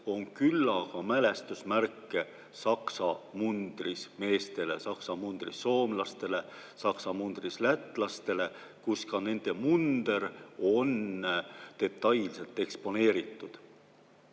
on küllaga mälestusmärke Saksa mundris meestele, Saksa mundris soomlastele, Saksa mundris lätlastele, [mälestusmärke,] kus ka nende munder on detailselt eksponeeritud.